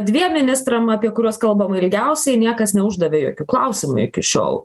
dviem ministram apie kuriuos kalbama ilgiausiai niekas neuždavė jokių klausimų iki šiol